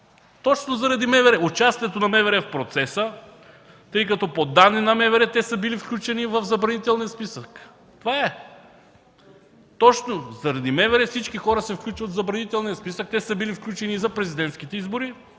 Точно заради МВР и участието на МВР в процеса, тъй като по данни на МВР те са били включени в забранителните списъци. Точно заради МВР всички хора се включват в забранителния списък. Те са били включени и за президентските избори.